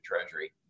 treasury